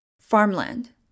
Farmland